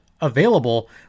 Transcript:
available